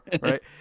right